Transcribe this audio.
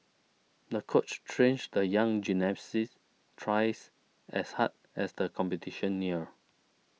the coach trained the young gymnast twice as hard as the competition neared